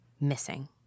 Missing